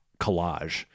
collage